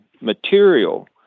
material